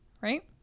right